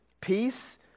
peace